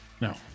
No